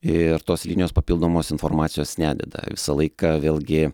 ir tos linijos papildomos informacijos nededa visą laiką vėlgi